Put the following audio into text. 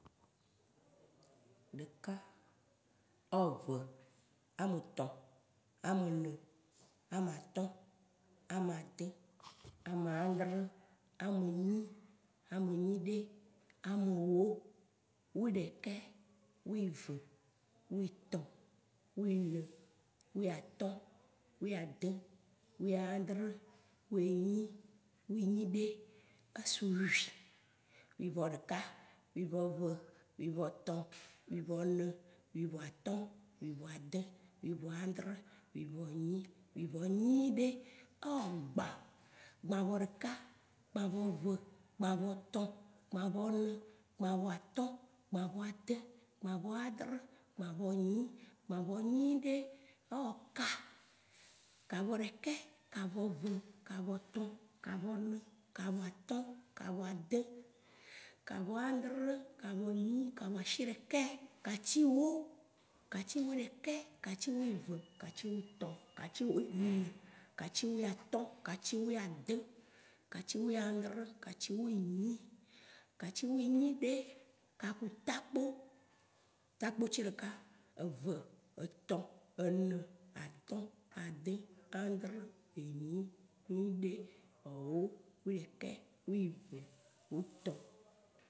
Ɖeka, eve, ame tɔ, ame ne, amatõ, amadẽ, amãdrẽ, ame nyi, ame nyiɖe, amewó, wiɖekɛ, wive, witɔ, wine, wiatõ, wiadẽ, wiãdrẽ, winyi, winyiɖe, esu wui, wuivɔɖeɖa, wivɔve, wivɔtõ, wivɔne, wivɔtõ, wivɔadẽ, wivɔãdrẽ, wivɔnyi, wivɔ nyiɖe, e gban, gbanvɔ ɖeka, gbanvɔ ve, gbanvɔ tɔ, gbanvɔ ne, gbanvɔ atõ, gbanvɔ adẽ, gbanvɔ ãdrẽ, gbanvɔ nyi, gbanvɔ nyiɖe, eka, kave ɖeke, kave ve, kave tɔ, kave ne, kave atõ, kave adẽ, kave ãdrẽ, kave nyi, kave ashiɖekɛ, katsi wó, katsi woɖekɛ, katsi wive, katsi witɔ, katsi wo- ne, katsi wiatõ, katsi wiadẽ, katsi wiãdrẽ, katsi winyi, katsi winyiɖe, kaku takpo, takpo tsi ɖeka, eve, etɔ, ene, atõ, adẽ, ãdrẽ, enyi, wiɖe, ewo, wiɖekɛ, wive, witɔ.